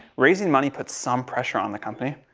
raising money puts some pressure on the company.